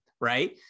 right